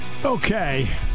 Okay